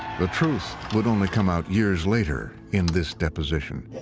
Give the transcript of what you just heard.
the truth would only come out years later in this deposition.